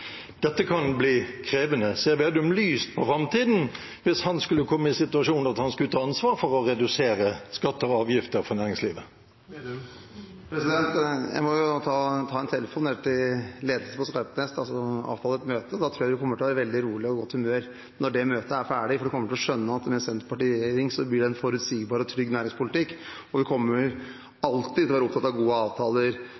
Dette kan bli krevende. Ser Slagsvold Vedum lyst på framtiden hvis han skulle komme i den situasjonen at han skulle ta ansvar for å redusere skatter og avgifter for næringslivet? Jeg må jo ta en telefon ned til ledelsen på Skarpnes og avtale et møte. Da tror jeg de kommer til å være veldig rolige og i godt humør når det møtet er ferdig, for de kommer til å skjønne at med Senterpartiet i regjering blir det en forutsigbar og trygg næringspolitikk. Vi kommer